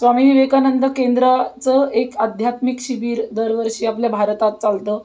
स्वामी विवेकानंद केंद्राचं एक आध्यात्मिक शिबिर दरवर्षी आपल्या भारतात चालतं